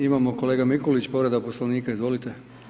Imamo kolega Mikulić, povreda Poslovnika, izvolite.